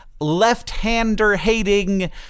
left-hander-hating